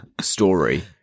story